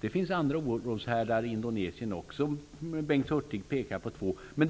Det finns andra oroshärdar i Indonesien, och Bengt Hurtig pekade på ett par.